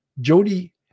Jody